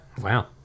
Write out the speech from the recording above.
Wow